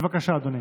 בבקשה, אדוני.